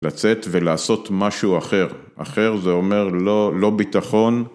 ‫לצאת ולעשות משהו אחר. ‫אחר זה אומר לא, לא ביטחון.